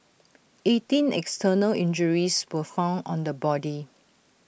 eighteen external injuries were found on the body